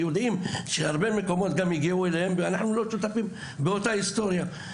יודעים שהגיעו להרבה מקומות ואנחנו לא שותפים באותה היסטוריה.